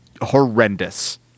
horrendous